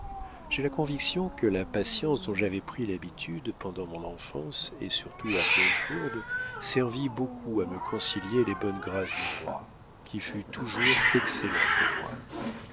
j'ai la conviction que la patience dont j'avais pris l'habitude pendant mon enfance et surtout à clochegourde servit beaucoup à me concilier les bonnes grâces du roi qui fut toujours excellent pour moi